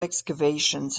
excavations